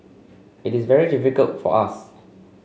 it is very difficult for us